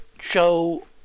show